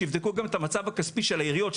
שיבדקו גם את המצב הכספי של העיריות,